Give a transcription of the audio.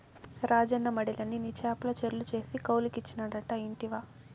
రాజన్న మడిలన్ని నీ చేపల చెర్లు చేసి కౌలుకిచ్చినాడట ఇంటివా